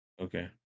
Okay